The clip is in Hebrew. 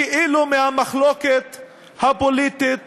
כאילו, מהמחלוקת הפוליטית